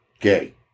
gay